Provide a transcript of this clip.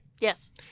yes